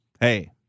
hey